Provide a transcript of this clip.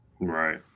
Right